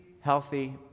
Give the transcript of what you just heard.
healthy